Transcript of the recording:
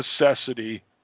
necessity